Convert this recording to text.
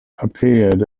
appeared